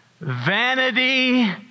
Vanity